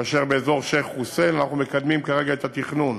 ובאזור שיח'-חוסיין אנחנו מקדמים כרגע את התכנון